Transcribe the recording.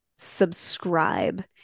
subscribe